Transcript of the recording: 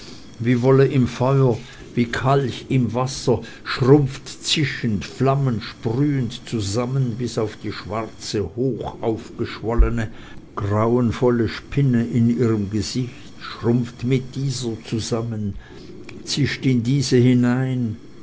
wie wolle im feuer wie kalch im wasser schrumpft zischend flammensprühend zusammen bis auf die schwarze hochaufgeschwollene grauenvolle spinne in ihrem gesichte schrumpft mit dieser zusammen zischt in diese hinein